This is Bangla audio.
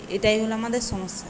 এটাই হলো আমাদের সমস্যা